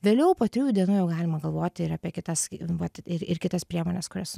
vėliau po trijų dienų jau galima galvoti ir apie kitas vat ir ir kitas priemones kurias